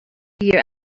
year